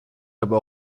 aber